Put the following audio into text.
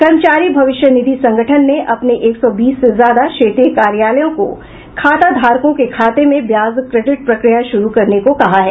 कर्मचारी भविष्य निधि संगठन ने अपने एक सौ बीस से ज्यादा क्षेत्रीय कार्यालयों को खाताधारकों के खाते में ब्याज क्रेडिट प्रक्रिया शुरू करने का कहा है